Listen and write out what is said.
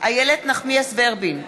איילת נחמיאס ורבין,